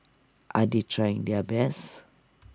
are they trying their best